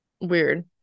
Weird